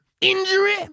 injury